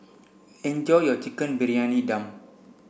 enjoy your Chicken Briyani Dum